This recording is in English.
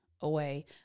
away